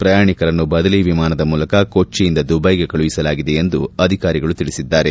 ಪ್ರಯಾಣಿಕರನ್ನು ಬದಲಿ ವಿಮಾನದ ಮೂಲಕ ಕೊಟ್ಟಿಯಿಂದ ದುಟ್ಟೆಗೆ ಕಳುಹಿಸಲಾಗಿದೆ ಎಂದು ಅಧಿಕಾರಿಗಳು ತಿಳಿಸಿದ್ದಾರೆ